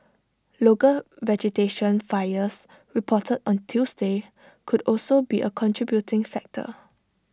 local vegetation fires reported on Tuesday could also be A contributing factor